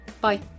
Bye